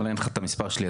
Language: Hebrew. אבל אין לך את המספר שלי,